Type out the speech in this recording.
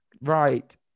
Right